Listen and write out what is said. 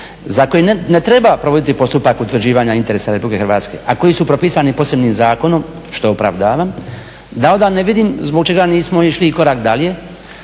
za koji ne treba provoditi postupak utvrđivanja interesa Republike Hrvatske a koji su propisani posebnim zakonom, što opravdavan. Da onda ne vidim zbog čega nismo išli i kora dalje.